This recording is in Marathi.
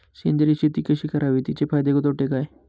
सेंद्रिय शेती कशी करावी? तिचे फायदे तोटे काय?